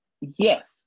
Yes